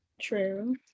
True